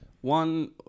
one